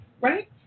right